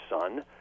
son